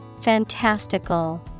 Fantastical